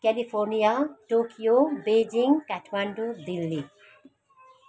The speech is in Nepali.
California Tokyo Beijing Kathmandu Delhi